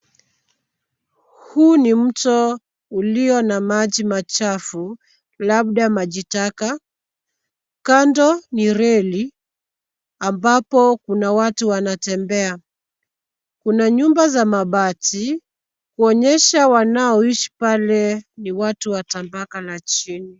Huu ni mto ulio na mji machafu labda maji taka. Kando ni reli ambapo kuna watu wanatembea. Kuna nyumba za mabati kuonyesha wanaoishi pale ni watu wa tabaka la chini.